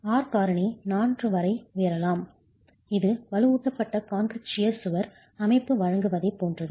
R காரணி 4 வரை உயரலாம் இது வலுவூட்டப்பட்ட கான்கிரீட் ஷியர் கத்தரிப்பது சுவர் அமைப்பு வழங்குவதைப் போன்றது